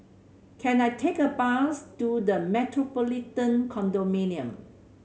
can I take a bus to The Metropolitan Condominium